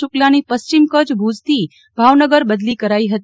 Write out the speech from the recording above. શુક્લની પશ્ચિમ કચ્છ ભુજથી ભાવનગર બદલી કરાઈ હતી